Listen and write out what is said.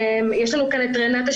יש לנו כאן את רנטה,